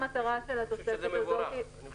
זה מבורך.